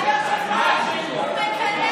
היושב-ראש, הוא מקלל.